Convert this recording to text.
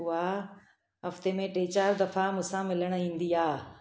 उआ हफ़्ते में टे चारि दफा मूंसां मिलणु ईंदी आहे